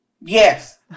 Yes